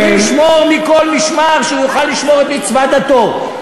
נעמוד ונשמור מכל משמר שהוא יוכל לשמור את מצוות דתו.